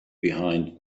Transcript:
behind